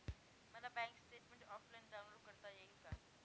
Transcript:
मला bank statement offline download करता येईल का?